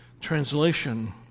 Translation